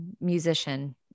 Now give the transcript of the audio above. musician